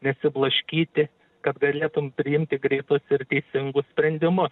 nesiblaškyti kad galėtum priimti greitus ir teisingus sprendimus